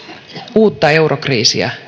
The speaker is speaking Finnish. uutta eurokriisiä